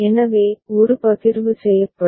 எனவே ஒரு பகிர்வு செய்யப்படும்